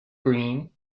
green